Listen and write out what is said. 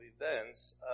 events